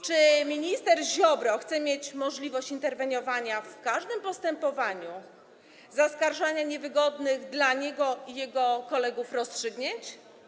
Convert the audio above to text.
Czy minister Ziobro chce mieć możliwość interweniowania w każdym postępowaniu i zaskarżania niewygodnych dla niego i jego kolegów rozstrzygnięć?